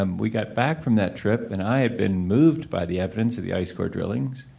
um we got back from that trip and i had been moved by the evidence of the ice core drillings.